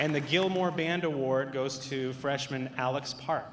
and the gilmore band award goes to freshman alex park